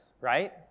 right